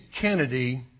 Kennedy